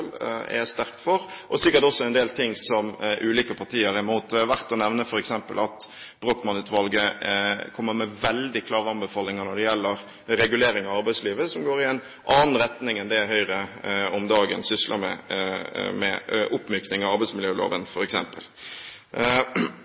er sterkt for, og sikkert også en del ting som ulike partier er mot. Det er verdt å nevne f.eks. at Brochmann-utvalget kommer med veldig klare anbefalinger når det gjelder regulering av arbeidslivet, som går i en annen retning enn det Høyre om dagen sysler med, med oppmykning av arbeidsmiljøloven